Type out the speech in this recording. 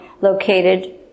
located